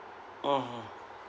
uh um